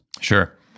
Sure